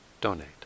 donate